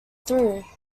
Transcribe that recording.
through